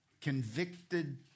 convicted